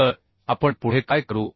तर आपण पुढे काय करू